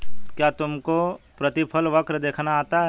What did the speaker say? क्या तुमको प्रतिफल वक्र देखना आता है?